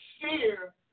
Fear